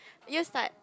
you start